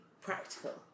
practical